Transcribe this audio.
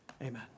Amen